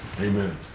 Amen